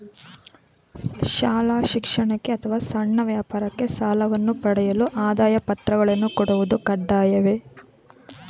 ಶಾಲಾ ಶಿಕ್ಷಣಕ್ಕೆ ಅಥವಾ ಸಣ್ಣ ವ್ಯಾಪಾರಕ್ಕೆ ಸಾಲವನ್ನು ಪಡೆಯಲು ಆದಾಯ ಪತ್ರಗಳನ್ನು ಕೊಡುವುದು ಕಡ್ಡಾಯವೇ?